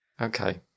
Okay